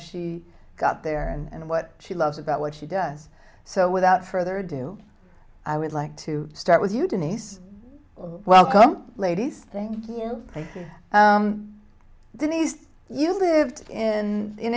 she got there and what she loves about what she does so without further ado i would like to start with you denise welcome ladies thank you denise you lived in an